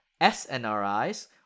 SNRIs